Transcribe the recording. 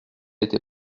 était